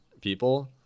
people